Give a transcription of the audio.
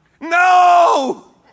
No